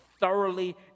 thoroughly